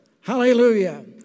hallelujah